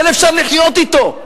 אבל אפשר לחיות אתו.